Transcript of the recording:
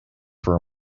for